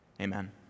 Amen